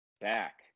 back